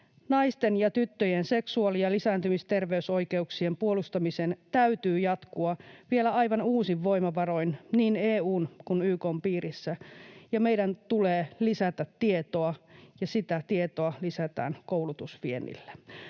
Naisten ja tyttöjen seksuaali- ja lisääntymisterveysoikeuksien puolustamisen täytyy jatkua vielä aivan uusin voimavaroin niin EU:n kuin YK:n piirissä. Meidän tulee lisätä tietoa, ja sitä tietoa lisätään koulutusviennillä.